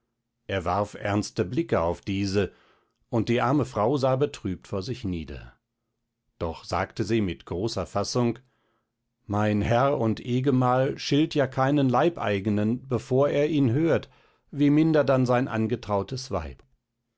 er warf ernste blicke auf diese und die arme frau sah betrübt vor sich nieder doch sagte sie mit großer fassung mein herr und ehgemahl schilt ja keinen leibeignen bevor er ihn hört wie minder dann sein angetrautes weib